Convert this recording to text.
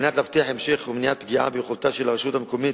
כדי להבטיח המשך ולמניעת פגיעה ביכולתה של הרשות המקומית,